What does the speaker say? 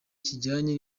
kijyanye